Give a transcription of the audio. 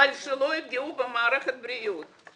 אבל שלא יפגעו במערכת הבריאות.